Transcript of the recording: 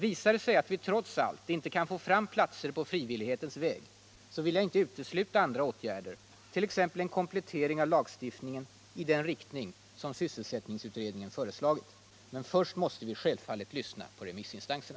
Visar det sig att vi trots allt inte kan få fram platser på frivillighetens väg, vill jag inte utesluta andra åtgärder, t.ex. en komplettering av lagstiftningen i den riktning som sysselsättningsutredningen föreslagit. Men först måste vi självfallet lyssna till remissinstanserna.